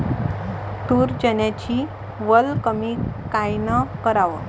तूर, चन्याची वल कमी कायनं कराव?